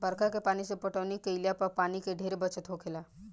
बरखा के पानी से पटौनी केइला पर पानी के ढेरे बचत होखेला